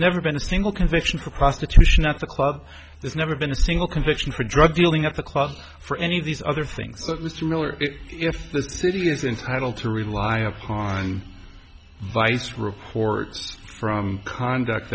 never been a single conviction for prostitution at the club there's never been a single conviction for drug dealing at the club for any of these other things that mr miller if the city is entitled to rely upon and vice reports from conduct